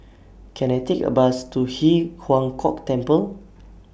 Can I Take A Bus to Ji Huang Kok Temple